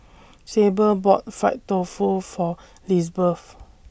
Sable bought Fried Tofu For Lizbeth